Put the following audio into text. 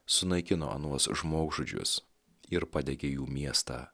sunaikino anuos žmogžudžius ir padegė jų miestą